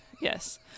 Yes